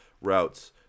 routes